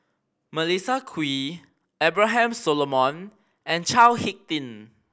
Melissa Kwee Abraham Solomon and Chao Hick Tin